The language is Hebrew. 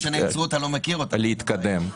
להתקדם.